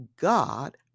God